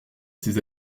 ses